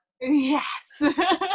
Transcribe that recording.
Yes